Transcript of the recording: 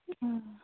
آ